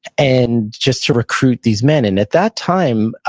and just to recruit these men. and at that time,